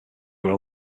were